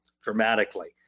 dramatically